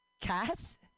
Cats